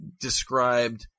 described